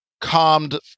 calmed